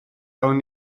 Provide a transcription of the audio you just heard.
awn